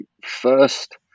first